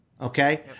okay